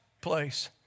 place